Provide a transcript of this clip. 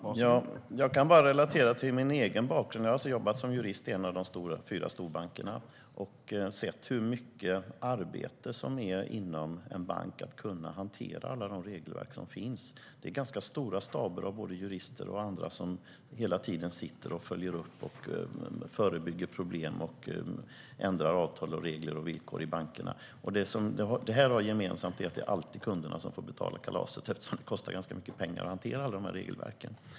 Herr talman! Jag kan bara relatera till min egen bakgrund. Jag har alltså jobbat som jurist i en av de fyra storbankerna och sett hur mycket arbete det krävs inom en bank för att man ska kunna hantera de regelverk som finns. Det är ganska stora staber av både jurister och andra som hela tiden följer upp, förebygger problem och ändrar bankens avtal, regler och villkor. Det som är gemensamt med detta är att det alltid är kunderna som får betala kalaset, eftersom det kostar ganska mycket pengar att hantera regelverken.